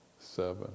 Seven